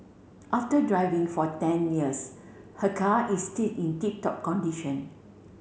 after driving for ten years her car is still in tip top condition